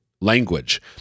language